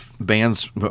bands